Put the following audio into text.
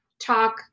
talk